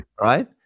right